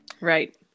Right